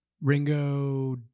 Ringo